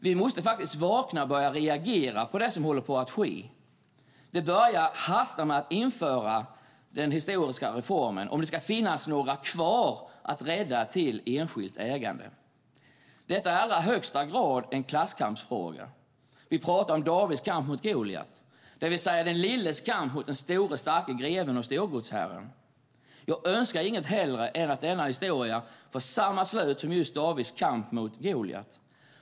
Vi måste faktiskt vakna och börja reagera på det som håller på att ske. Det börjar hasta med att införa den historiska reformen om det ska finnas några kvar att rädda till enskilt ägande. Detta är i allra högsta grad en klasskampsfråga. Vi pratar om Davids kamp mot Goliat, det vill säga den lilles kamp mot den store starke greven och storgodsherren. Jag önskar inget hellre än att denna historia får samma slut som just Davids kamp mot Goliat.